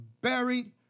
buried